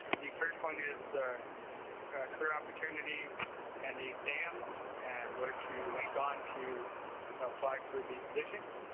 the first one is career opportunity and the exam and where to link on to apply for the position.